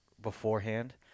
beforehand